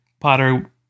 Potter